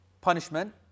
punishment